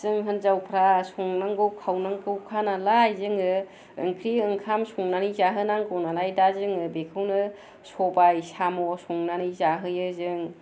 जों हेजाउफ्रा संनांगौ खावनांगौखा नालाय जोङो ओंख्रि ओंखाम संनानै जाहोनांगौ नालाय दा जोङो बेखौनो सबाय साम' संनानै जाहोयो जों